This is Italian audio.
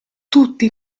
tutti